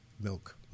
milk